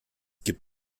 gibt